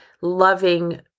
loving